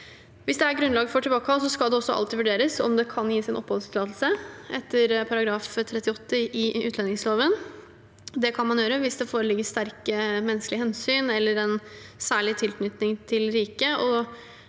Hvis det er grunnlag for tilbakekall, skal det også alltid vurderes om det kan gis en oppholdstillatelse etter § 38 i utlendingsloven. Det kan man gjøre hvis det foreligger sterke menneskelige hensyn eller en særlig tilknytning til riket,